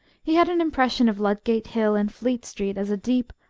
he had an impression of ludgate hill and fleet street as a deep,